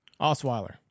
Osweiler